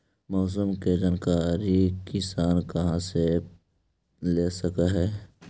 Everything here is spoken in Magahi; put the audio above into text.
मौसम के जानकारी किसान कहा से ले सकै है?